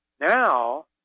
Now